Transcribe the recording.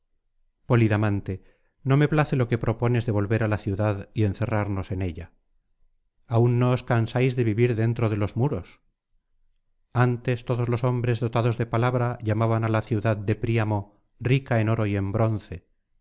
polidamante no me place lo que propones de volver á la ciudad y encerrarnos en ella aún no os cansáis de vivir dentro délos muros antes todos los hombres dotados de palabra llamaban á la ciudad de príamo rica en oro y en bronce